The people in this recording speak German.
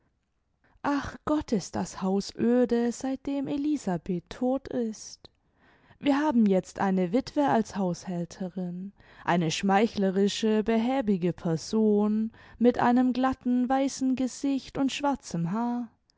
ach gott ist das haus öde seitdem elisabeth tot ist wir haben jetzt eine witwe als haushälterin eine schmeichlerische behäbige person mit einem glatten weißen gesicht und schwarzem haar